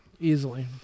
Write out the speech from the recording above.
easily